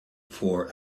for